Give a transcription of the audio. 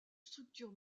structure